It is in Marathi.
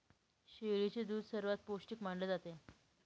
शेळीचे दूध सर्वात पौष्टिक मानले जाते